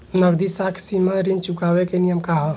नगदी साख सीमा ऋण चुकावे के नियम का ह?